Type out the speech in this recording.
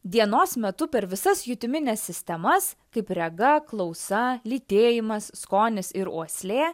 dienos metu per visas jutimines sistemas kaip rega klausa lytėjimas skonis ir uoslė